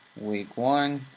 week one.